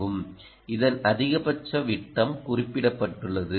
இதன் அதிகபட்ச விட்டம் குறிப்பிடப்பட்டுள்ளது